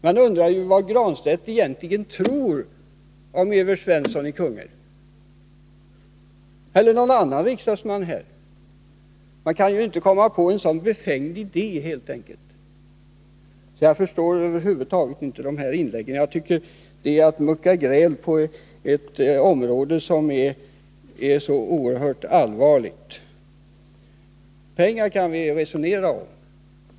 Man undrar vad herr Granstedt egentligen tror om Evert Svensson i Kungälv eller någon annan riksdagsman. Det är helt enkelt en befängd idé, och jag förstår över huvud taget inte de här inläggen. Det är att mucka gräl på ett oerhört allvarligt område. Pengar kan vi resonera om.